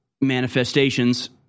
manifestations